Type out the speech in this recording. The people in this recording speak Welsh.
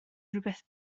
rhywbeth